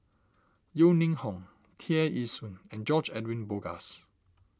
Yeo Ning Hong Tear Ee Soon and George Edwin Bogaars